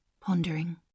pondering